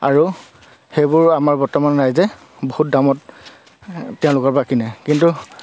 আৰু সেইবোৰ আমাৰ বৰ্তমান ৰাইজে বহুত দামত তেওঁলোকৰ পৰা কিনে কিন্তু